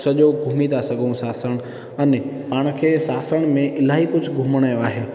सॼो घुमी था सघूं सांसण अने पाण खे सांसण में अलाई कुझु घुमण जो आहे